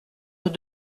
nous